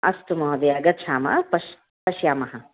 अस्तु महोदय गच्छाम पश् पश्यामः